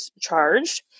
charged